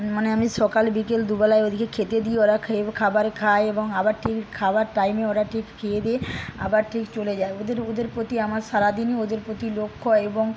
মানে আমি সকাল বিকেল দুবেলাই ওদেরকে খেতে দিই ওরা খেয়ে খাবার খায় এবং আবার ঠিক খাবার টাইমে ওরা ঠিক খেয়ে দেয়ে আবার ঠিক চলে যায় ওদের ওদের প্রতি আমার সারাদিনই ওদের প্রতি লক্ষ্য এবং